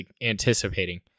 anticipating